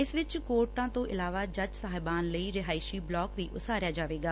ਇਸ ਵਿਚ ਕੋਰਟਾਂ ਤੋਂ ਇਲਾਵਾ ਜੱਜ ਸਹਿਬਾਨ ਲਈ ਰਿਹਾਇਸੀ ਬਲਾਕ ਵੀ ਉਸਾਰਿਆਂ ਜਾਵੇਗਾ